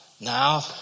now